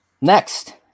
next